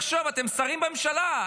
אתם שרים בממשלה,